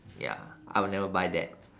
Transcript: ya I would never buy that